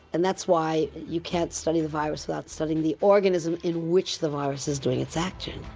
and that's why you can't study the virus without studying the organism in which the virus is doing its action.